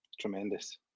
Tremendous